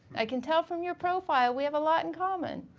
i can tell from your profile we have a lot in common.